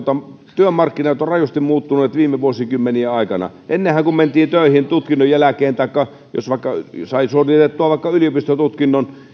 työmarkkinat ovat rajusti muuttuneet viime vuosikymmenien aikana ennenhän kun mentiin töihin tutkinnon jälkeen tai jos vaikka sai suoritettua yliopistotutkinnon